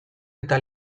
eta